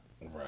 Right